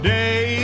day